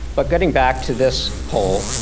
but getting back to this poll.